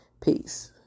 Peace